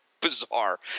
Bizarre